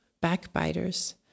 backbiters